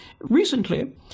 recently